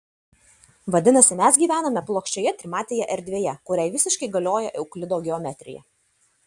vadinasi mes gyvename plokščioje trimatėje erdvėje kuriai visiškai galioja euklido geometrija